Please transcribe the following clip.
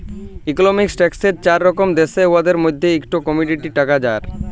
ইকলমিক্সে টাকার চার রকম দ্যাশে, উয়াদের মইধ্যে ইকট কমডিটি টাকা যার মালে সলার গয়লা ইত্যাদি